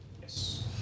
Yes